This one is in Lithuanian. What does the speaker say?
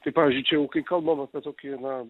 tai pavyzdžiui čia jau kai kalbam apie tokį na